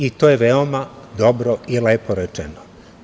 I to je veoma dobro i lepo rečeno.